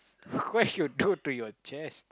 what you do to your chest